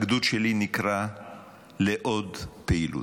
הגדוד שלי נקרא לעוד פעילות.